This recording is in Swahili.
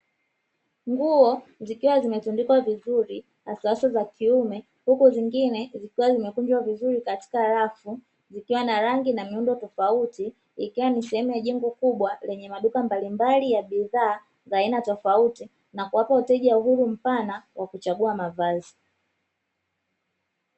Nguo zikiwa zimetundikwa vizuri haswa haswa za kiume huku zingine zikiwa zimekunjwa vizuri katika rafu kutokana miundo tofauti, ikiwa ni sehemu ya jengo kubwa la bidhaa za aina tofauti na kuwapa wateja uhuru mpana wa kuchagua mavazi.